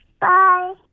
Bye